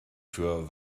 für